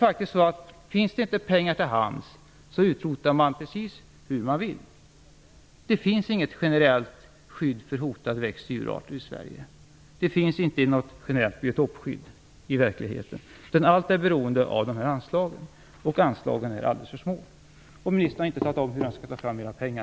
Finns det inte pengar till hands utrotar man precis hur man vill. Det finns inget generellt skydd för hotade djur och växtarter i Sverige. Det finns inget generellt biotopskydd i verkligheten. Allt är beroende av anslagen, och anslagen är alldeles för små. Ministern har inte heller talat om hur man skall ta fram några pengar.